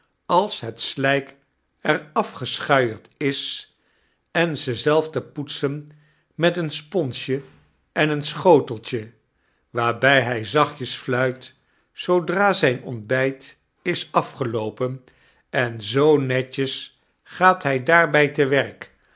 als het slijk er afgeschuierd is en ze zelf te poetsen met een sponsje en een schoteltje waarby hy zachtjes fluit zoodra zyn ontbjjt is afgeloopen en zoo netjes gaat hij daarbij te werk